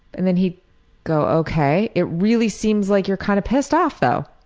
and then he'd go okay, it really seems like you're kind of pissed off though.